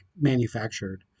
manufactured